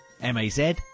M-A-Z